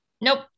Nope